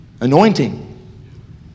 Anointing